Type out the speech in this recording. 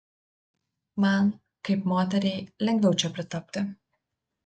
man kaip moteriai lengviau čia pritapti